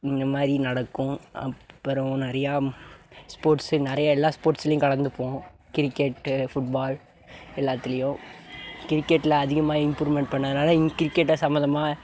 இந்த மாதிரி நடக்கும் அப்புறம் நிறையா ஸ்போர்ட்ஸ் நிறையா எல்லா ஸ்போர்ட்ஸ்லேயும் கலந்துப்போம் கிரிக்கெட்டு ஃபுட்பால் எல்லாத்துலேயும் கிரிக்கெட்டில் அதிகமாக இம்ப்ரூவ்மெண்ட் பண்ணதுனால் இனி கிரிக்கெட்டை சம்மந்தமா